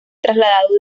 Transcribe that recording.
trasladado